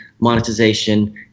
monetization